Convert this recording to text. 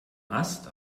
ast